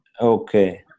okay